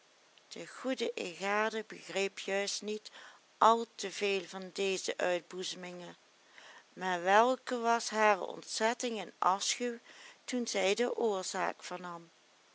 de goede eegade begreep juist niet al te veel van deze uitboezemingen maar welke was hare ontzetting en afschuw toen zij de oorzaak